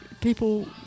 people